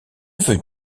veux